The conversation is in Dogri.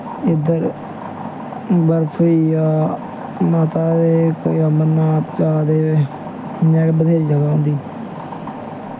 इद्धर बर्फ होई गेआ माता दे कुतै अमरनाथ जा दे इ'यां गै बत्हेरी जगह् होंदी